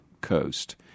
coast